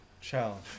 Challenge